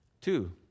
Two